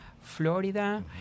Florida